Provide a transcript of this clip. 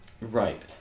Right